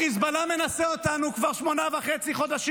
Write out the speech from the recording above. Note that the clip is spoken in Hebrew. החיזבאללה מנסה אותנו כבר שמונה חודשים וחצי.